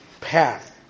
path